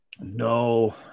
no